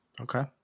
okay